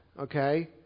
Okay